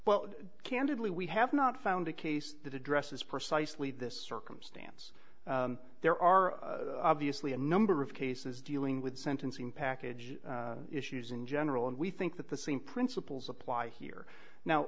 well candidly we have not found a case that addresses precisely this circumstance there are obviously a number of cases dealing with sentencing package issues in general and we think that the same principles apply here